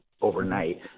Overnight